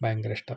ഭയങ്കരിഷ്ടം